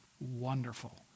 Wonderful